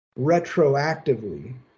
retroactively